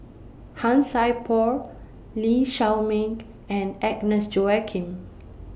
Han Sai Por Lee Shao Meng and Agnes Joaquim